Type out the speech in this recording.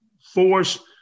force